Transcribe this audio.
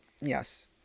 yes